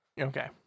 Okay